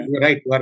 right